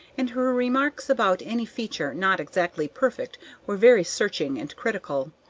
and her remarks about any feature not exactly perfect were very searching and critical.